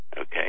Okay